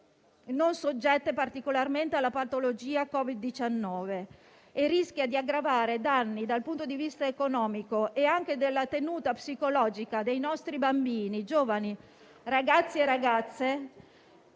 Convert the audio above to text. non soggette particolarmente alla patologia Covid-19, e rischia di aggravare danni dal punto di vista economico e anche della tenuta psicologica di bambini e nelle fasce